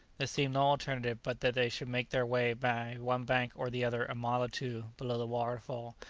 there seemed no alternative but that they should make their way by one bank or the other a mile or two below the waterfall,